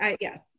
Yes